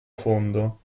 fondo